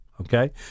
Okay